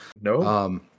No